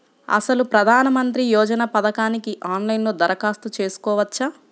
అసలు ప్రధాన మంత్రి యోజన పథకానికి ఆన్లైన్లో దరఖాస్తు చేసుకోవచ్చా?